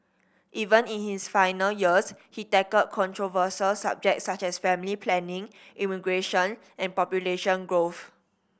even in his final years he tackled controversial subjects such as family planning immigration and population growth